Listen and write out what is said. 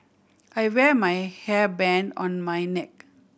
I wear my hairband on my neck